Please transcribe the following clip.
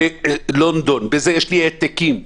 בלונדון, יש לי העתקים.